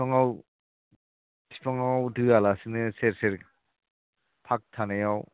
बिफाङाव बिफांआव दोआलासिनो सेर सेर फाग थानायाव